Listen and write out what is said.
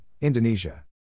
Indonesia